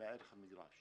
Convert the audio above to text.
מערך המגרש.